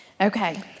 Okay